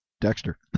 Dexter